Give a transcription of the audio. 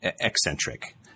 eccentric